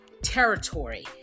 territory